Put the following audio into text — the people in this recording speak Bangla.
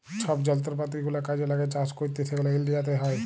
ছব যলত্রপাতি গুলা কাজে ল্যাগে চাষ ক্যইরতে সেগলা ইলডিয়াতে হ্যয়